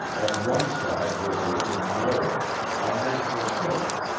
at one side was a little knoll a natural hillock,